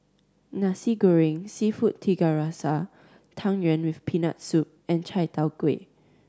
Nasi Goreng Seafood Tiga Rasa Tang Yuen with Peanut Soup and Chai Tow Kuay